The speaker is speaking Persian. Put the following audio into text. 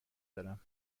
دارم